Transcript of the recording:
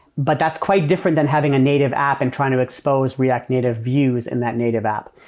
but that's quite different than having a native app and trying to expose react native views in that native app.